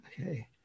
Okay